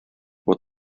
bod